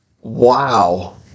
Wow